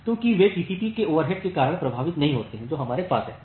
क्योंकि वे टीसीपीके ओवरहेड के कारण प्रभावित नहीं होते हैं जो हमारे पास है